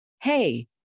Hey